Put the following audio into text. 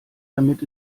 damit